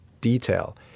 detail